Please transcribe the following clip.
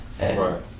Right